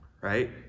right